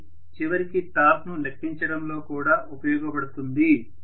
ఇది చివరికి టార్క్ ను లెక్కించడంలో కూడా ఉపయోగపడుతుంది